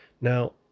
Now